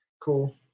Cool